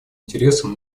интересам